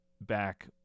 back